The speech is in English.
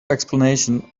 explanation